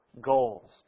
goals